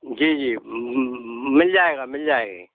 जी जी मिल जाएगा मिल जाएगे